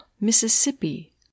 Mississippi